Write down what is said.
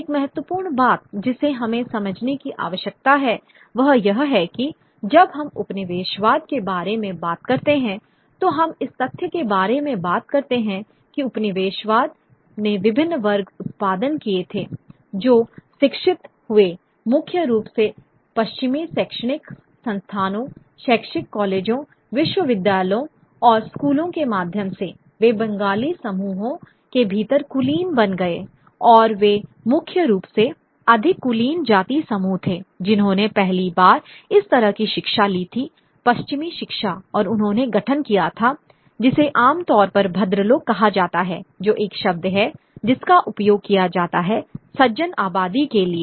एक महत्वपूर्ण बात जिसे हमें समझने की आवश्यकता है वह यह है कि जब हम उपनिवेशवाद के बारे में बात करते हैं तो हम इस तथ्य के बारे में बात करते हैं कि उपनिवेशवाद ने विभिन्न वर्ग उत्पादन किए थे जो शिक्षित हुए मुख्य रूप से पश्चिमी शैक्षणिक संस्थानों शैक्षिक कॉलेजों विश्वविद्यालयों और स्कूलों के माध्यम से वे बंगाली समूहों के भीतर कुलीन बन गए और ये मुख्य रूप से अधिक कुलीन जाति समूह थे जिन्होंने पहली बार इस तरह की शिक्षा ली थी पश्चिमी शिक्षा और उन्होंने गठन किया था जिसे आमतौर पर भद्रलोक कहा जाता है जो एक शब्द है जिसका उपयोग किया जाता है सज्जन जेंटिल आबादी के लिए